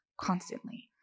constantly